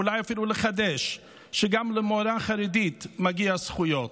אולי אפילו לחדש, שגם למורה החרדית מגיעות זכויות.